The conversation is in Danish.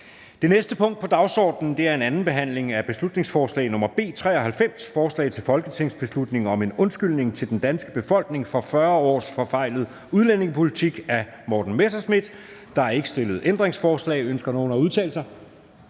Det næste punkt på dagsordenen er: 13) 2. (sidste) behandling af beslutningsforslag nr. B 93: Forslag til folketingsbeslutning om en undskyldning til den danske befolkning for 40 års forfejlet udlændingepolitik. Af Morten Messerschmidt (DF) m.fl. (Fremsættelse 05.12.2023. 1.